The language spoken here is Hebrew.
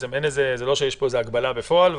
זה לא שיש הגבלה בפועל.